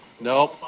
Nope